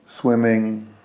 swimming